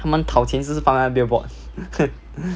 他们掏钱是放在 billboard